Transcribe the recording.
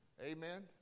Amen